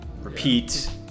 Repeat